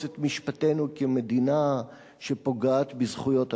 את משפטנו כמדינה שפוגעת בזכויות אדם.